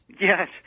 Yes